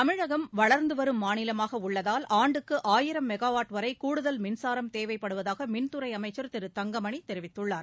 தமிழகம் வளர்ந்து வரும் மாநிலமாக உள்ளதால் ஆண்டுக்கு ஆயிரம் மெகாவாட் வரை கூடுதல் மின்சாரம் தேவைப்படுவதாக மின்துறை அமைச்சர் திரு தங்கமணி தெரிவித்துள்ளார்